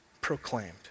proclaimed